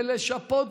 לשפות.